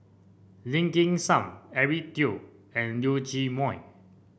Lim Kim San Eric Teo and Leong Chee Mun